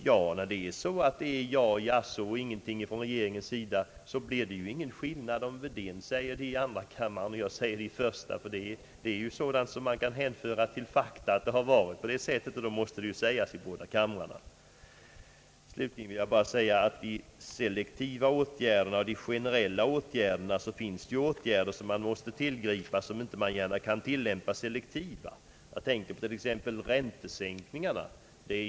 Ja, när man bara får ja och jaså till svar från regeringen, blir det ingen skillnad om herr Wedén frågar i andra kammaren och jag i första kammaren. Vi framför ju fakta, och då måste ju herr Wedén och jag ha yttrat oss på samma sätt. Förutom de selektiva åtgärderna och de generella åtgärderna finns det ju också åtgärder, som man måste tillgripa men som inte gärna kan tillämpas selektivt. Jag tänker till exempel på räntesänkningarna.